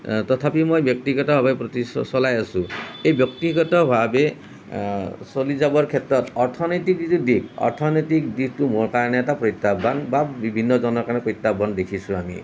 তথাপি মই ব্যক্তিগতভাৱে প্ৰতিষ্ঠা চলাই আছোঁ এই ব্যক্তিগতভাৱে চলি যাবৰ ক্ষেত্ৰত অৰ্থনৈতিক যিটো দিশ অৰ্থনৈতিক দিশটো মোৰ কাৰণে এটা প্ৰত্যাহ্বান বা বিভিন্ন জনৰ কাৰণে প্ৰত্যাহ্বান দেখিছোঁ আমি